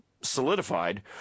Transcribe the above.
solidified